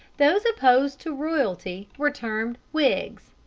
those opposed to royalty were termed whigs,